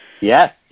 yes